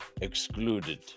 excluded